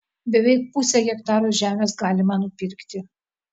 beveik pusę hektaro žemės galima nupirkti